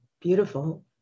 beautiful